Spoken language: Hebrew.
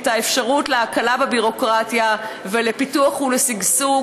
את האפשרות להקלה בביורוקרטיה ולפיתוח ולשגשוג